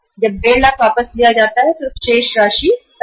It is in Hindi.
अब 1 5 लाख निकालने के बाद कितने बचे